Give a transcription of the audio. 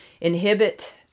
inhibit